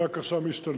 רק עכשיו משתלבים,